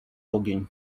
ogień